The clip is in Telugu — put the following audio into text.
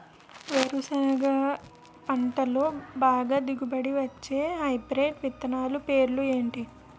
వేరుసెనగ పంటలో బాగా దిగుబడి వచ్చే హైబ్రిడ్ విత్తనాలు పేర్లు ఏంటి?